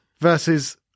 versus